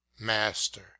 Master